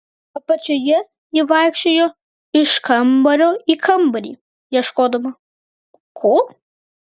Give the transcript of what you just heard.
apačioje ji vaikščiojo iš kambario į kambarį ieškodama ko